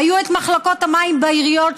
היו מחלקות מים בעיריות,